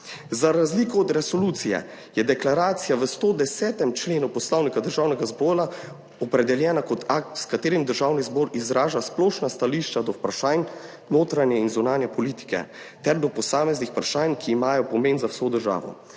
Za razliko od resolucije je deklaracija v 110. členu Poslovnika Državnega zbora opredeljena kot akt, s katerim Državni zbor izraža splošna stališča do vprašanj notranje in zunanje politike ter do posameznih vprašanj, ki imajo pomen za vso državo.